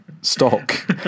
stock